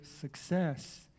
success